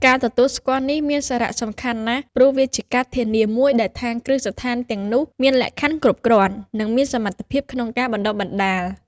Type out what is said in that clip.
ការទទួលស្គាល់នេះមានសារៈសំខាន់ណាស់ ព្រោះវាជាការធានាមួយដែលថាគ្រឹះស្ថានទាំងនោះមានលក្ខខណ្ឌគ្រប់គ្រាន់ និងមានសមត្ថភាពក្នុងការបណ្តុះបណ្តាល។